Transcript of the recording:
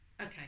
Okay